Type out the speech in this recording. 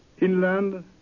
Inland